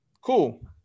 Cool